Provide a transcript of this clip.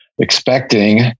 expecting